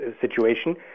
situation